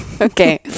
okay